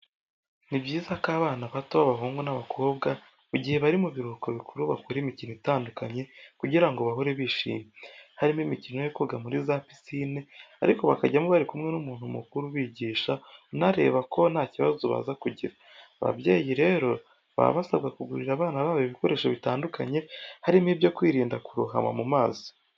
Nibyiza ko abana bato b'abahungu n'abakobwa mu gihe bari mu biruhuko bikuru bakora imikino itandukanye kugira ngo bahore bishimye, harimo imikino yo koga muri za pisine, ariko bakajyamo bari kumwe n'umuntu mukuru ubigisha, unareba ko nta kibazo baza kugira. Ababyeyi rero baba basabwa kugurira abana babo ibikoresho bitandukanye, harimo ibyo kwirinda kurohama mu mazi.